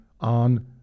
on